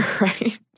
right